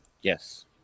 Yes